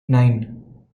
nine